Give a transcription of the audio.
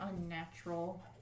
unnatural